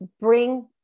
bring